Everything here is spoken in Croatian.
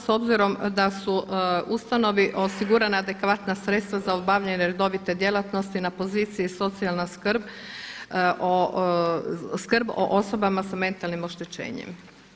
S obzirom da su ustanovi osigurana adekvatna sredstva za obavljanje neredovite djelatnosti na poziciji socijalna skrb o osobama sa mentalnim oštećenjem.